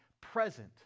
present